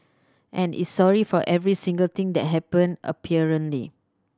and it's sorry for every single thing that happened apparently